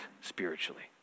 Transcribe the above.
spiritually